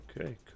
Okay